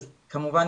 התקדמות.